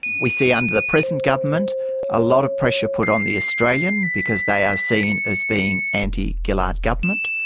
we see under the present government a lot of pressure put on the australian, because they are seen as being anti-gillard government.